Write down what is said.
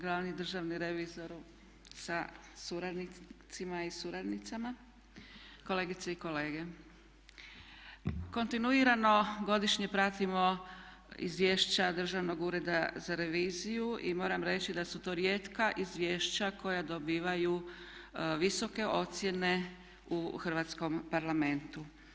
Glavni državni revizoru sa suradnicima i suradnicama, kolegice i kolege kontinuirano godišnje pratimo izvješća Državnog ureda za reviziju i moram reći da su to rijetka izvješća koja dobivaju visoke ocjene u Hrvatskom parlamentu.